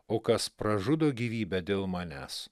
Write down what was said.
o kas pražudo gyvybę dėl manęs